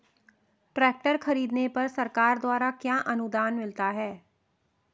Tractor खरीदने पर सरकार द्वारा क्या अनुदान मिलता है?